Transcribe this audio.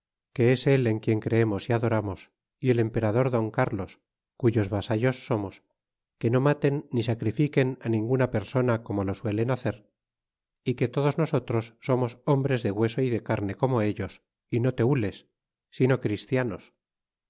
que es el en quien creemos y adorarnos y el emperador don crlos cuyos vasallos somos que no maten ni sacrifiquen ninguna persona como lo suelen hacer y que todos nosotros somos hombres de hueso y de carne como ellos y no tenles sino christianos